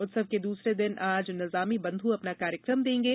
उत्सव के दूसरे दिन आज निजामी बंधु अपना कार्यक्रम देंगे